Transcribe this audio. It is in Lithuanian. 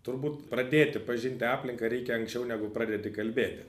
turbūt pradėti pažinti aplinką reikia anksčiau negu pradedi kalbėti